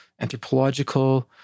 anthropological